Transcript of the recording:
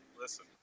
Listen